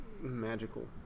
magical